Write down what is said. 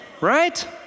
Right